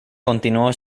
continuó